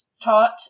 taught